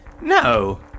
No